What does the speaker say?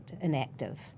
inactive